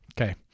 okay